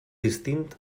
distint